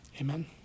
Amen